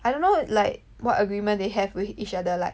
I don't know like what agreement they have with each other like